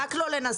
רק לא לנסות.